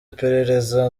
iperereza